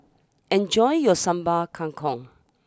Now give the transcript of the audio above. enjoy your Sambal Kangkong